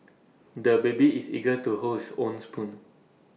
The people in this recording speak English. the baby is eager to hold his own spoon